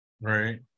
Right